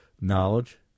knowledge